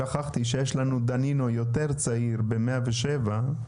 שכחתי שיש לנו דנינו יותר צעיר בן 107,